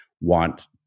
want